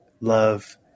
love